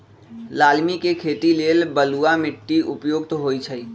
लालमि के खेती लेल बलुआ माटि उपयुक्त होइ छइ